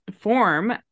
form